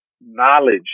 knowledge